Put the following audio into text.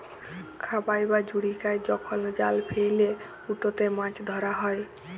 খাবাই বা জুচিকাই যখল জাল ফেইলে উটতে মাছ ধরা হ্যয়